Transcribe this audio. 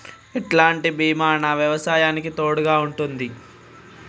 ఎలాంటి బీమా నా వ్యవసాయానికి తోడుగా ఉంటుంది?